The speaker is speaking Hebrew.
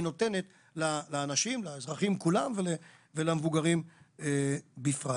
נותנת לאזרחים כולם ולמבוגרים בפרט.